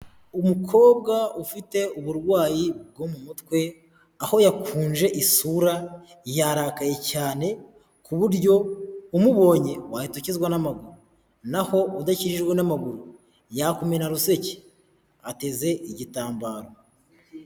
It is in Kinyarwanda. Umukobwa ufite uburwayi bwo mu mutwe, aho yakunje isura yarakaye cyane ku buryo umubonye wahita ukizwa n'amaguru, naho udakijijwe n'amaguru yakumena ruseke ateze igitambaro.